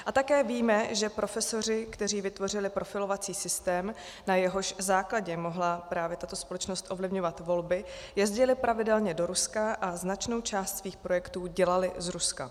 A také víme, že profesoři, kteří vytvořili profilovací systém, na jehož základě mohla právě tato společnost ovlivňovat volby, jezdili pravidelně do Ruska a značnou část svých projektů dělali z Ruska.